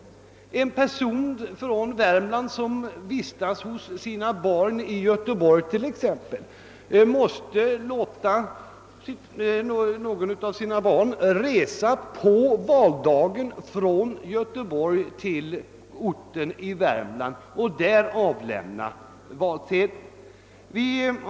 En person från Värmland som t.ex. vistas hos sina barn i Göteborg måste be något av barnen att på valdagen resa från Göteborg till orten i Värmland för att lämna valsedeln.